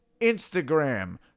Instagram